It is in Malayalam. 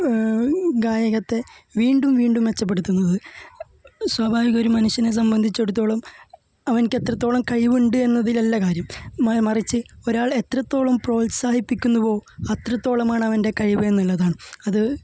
ഗായകത്തെ വീണ്ടും വീണ്ടും മെച്ചപ്പെടുത്തുന്നത് സ്വാഭാവിക ഒരു മനുഷ്യനെ സംബന്ധിച്ചെടുത്തോളം അവന് എത്രത്തോളം കഴിവുണ്ട് എന്നതിലല്ല കാര്യം മ മറിച്ച് ഒരാള് എത്രത്തോളം പ്രോത്സാഹിപ്പിക്കുന്നുവോ അത്രത്തോളമാണ് അവന്റെ കഴിവ് എന്നുള്ളതാണ് അത്